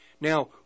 Now